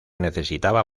necesitaba